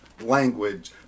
language